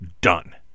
done